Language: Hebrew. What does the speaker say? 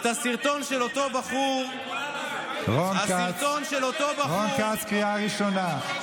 את הסרטון של אותו בחור, רון כץ, קריאה ראשונה.